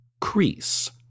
crease